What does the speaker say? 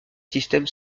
système